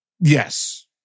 Yes